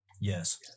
yes